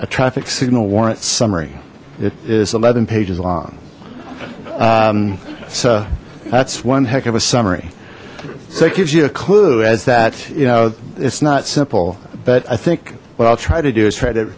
a traffic signal warrant summary it is eleven pages long so that's one heck of a summary so it gives you a clue as that you know it's not simple but i think what i'll try to do is try to